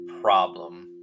problem